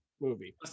movie